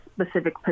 specific